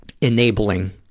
enabling